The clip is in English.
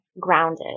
grounded